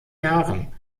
jahren